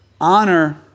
Honor